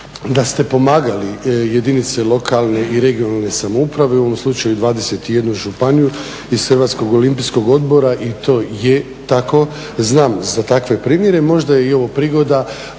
da ste pomagali jedinice lokalne i regionalne samouprave u ovom slučaju 21 županiju iz Hrvatskog olimpijskog odbora i to je tako, znam za takve primjere. Možda je i ovo prigoda